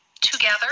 together